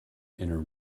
inner